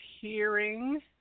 hearing